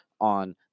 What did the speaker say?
on